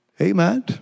Amen